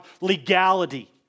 legality